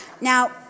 Now